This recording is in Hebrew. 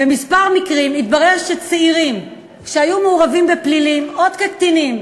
בכמה מקרים התברר שצעירים שהיו מעורבים בפלילים עוד כקטינים,